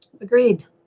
Agreed